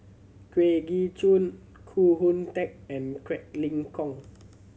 Kwa Geok Choo Koh Hoon Teck and Quek Ling Kiong